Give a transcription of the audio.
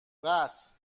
راس